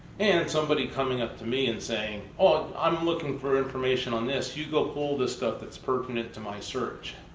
and it's somebody coming up to me and saying oh, i'm looking for information on this, you go pull the stuff that's pertinent to my search.